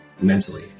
mentally